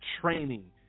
training